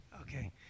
Okay